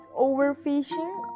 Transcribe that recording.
overfishing